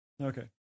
Okay